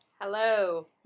Hello